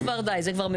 זה כבר, די.